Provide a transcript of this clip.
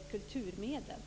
kulturmedlen.